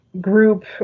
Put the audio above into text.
group